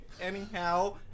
Anyhow